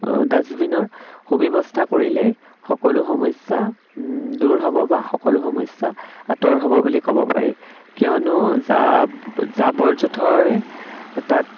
ডাষ্টবিনৰ সুব্যৱস্থা কৰিলেই সকলো সমস্যা দূৰ হ'ব বা সকলো সমস্যা আঁতৰ হ'ব বুলি ক'ব পাৰি কিয়নো জাবৰ জোঁথৰে তাত